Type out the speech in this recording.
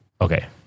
Okay